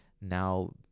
now